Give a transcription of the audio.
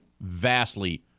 vastly